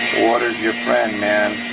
water's your friend man,